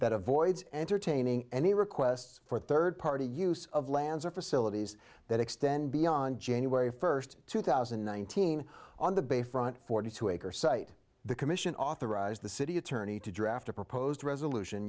that avoids entertaining any requests for third party use of lands or facilities that extend beyond january first two thousand and nineteen on the bay front forty two acre site the commission authorized the city attorney to draft a proposed resolution